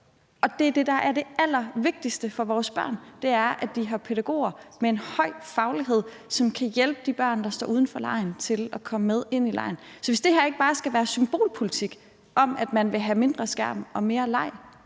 pædagoger. Det, der er det allervigtigste for vores børn, er, at de har pædagoger med en høj faglighed, som kan hjælpe de børn, der står uden for legen, til at komme med ind i legen. Så hvis det her ikke bare skal være symbolpolitik om, at man vil have mindre skærm og mere leg,